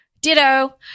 Ditto